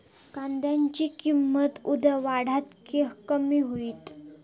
कांद्याची किंमत उद्या वाढात की कमी होईत?